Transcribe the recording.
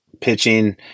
pitching